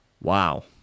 Wow